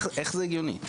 איך זה הגיוני?